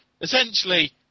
essentially